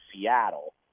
Seattle